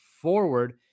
forward